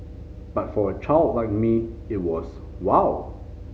but for a child like me it was wow